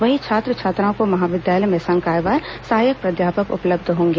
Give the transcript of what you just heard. वहीं छात्र छात्राओं को महाविद्यालय में संकायवार सहायक प्राध्यापक उपलब्ध होंगे